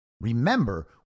Remember